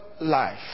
life